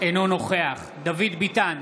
אינו נוכח דוד ביטן,